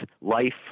life